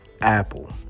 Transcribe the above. Apple